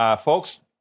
Folks